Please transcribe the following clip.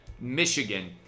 Michigan